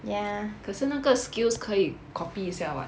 ya 可是那个 skills 可以 copy 一下 [what]